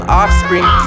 offspring